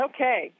Okay